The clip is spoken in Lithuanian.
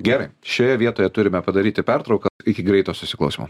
gerai šioje vietoje turime padaryti pertrauką iki greito susiklausymo